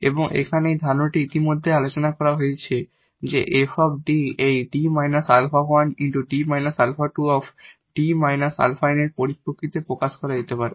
এবং এখানে যে ধারণাটি ইতিমধ্যেই আলোচনা করা হয়েছে যে 𝑓 𝐷 এই 𝐷 𝛼1 𝐷 𝛼2 𝐷 𝛼𝑛 এর পরিপ্রেক্ষিতে প্রকাশ করা যেতে পারে